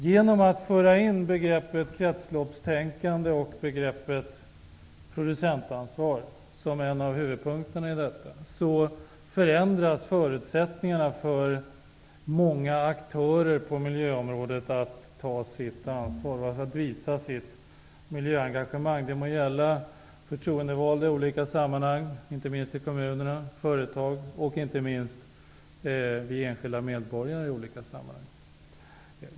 Genom att föra in begreppet kretsloppstänkande och begreppet producentansvar som delar av huvudpunkterna i detta, förändras förutsättningarna för många aktörer på miljöområdet att ta sitt ansvar och att visa sitt miljöengagemang. Det må gälla förtroendevalda i olika sammanhang -- i kommuner, i företag och inte minst vi enskilda medborgare.